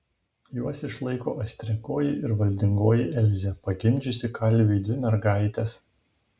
juos išlaiko aistringoji ir valdingoji elzė pagimdžiusi kalviui dvi mergaites